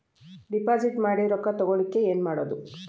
Deposit ಮಾಡಿದ ರೊಕ್ಕ ತಗೋಳಕ್ಕೆ ಏನು ಮಾಡೋದು?